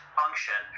function